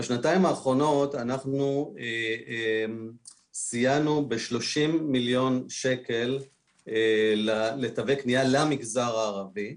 בשנתיים האחרונות סייענו ב-30 מיליון שקל בתווי קניה למגזר הערבי,